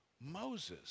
Moses